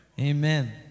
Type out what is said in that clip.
Amen